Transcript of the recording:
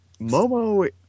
momo